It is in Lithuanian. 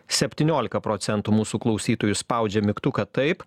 septyniolika procentų mūsų klausytojų spaudžia mygtuką taip